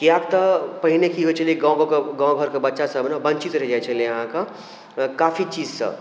किएक कि तऽ पहिने कि होइ छलै गाँवके गाँव घर के बच्चा सभ ने वञ्चित रहि जाइ छलैहँ अहाँके काफी चीजसँ